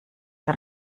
der